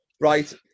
Right